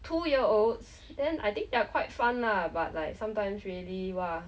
two year olds then I think they are quite fun lah but like sometimes really !wah!